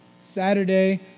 Saturday